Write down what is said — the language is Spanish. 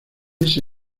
ese